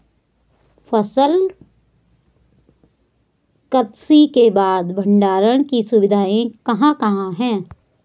फसल कत्सी के बाद भंडारण की सुविधाएं कहाँ कहाँ हैं?